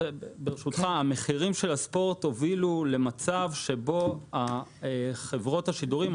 המחירים של הספורט הובילו למצב שבו חברות השידורים,